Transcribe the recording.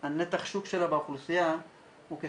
בהתחלה הייתה לנו הרגשה ש'פוס,